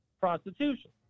prostitution